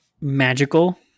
magical